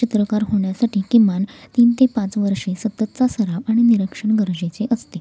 चित्रकार होण्यासाठी किमान तीन ते पाच वर्षे सततचा सराव आणि निरीक्षण गरजेचे असते